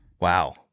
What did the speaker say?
wow